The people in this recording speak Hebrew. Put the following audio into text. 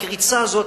הקריצה הזאת,